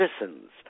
citizens